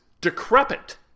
decrepit